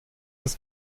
das